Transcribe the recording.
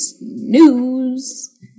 News